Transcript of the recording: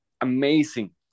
amazing